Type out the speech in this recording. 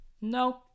no